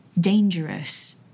dangerous